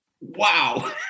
wow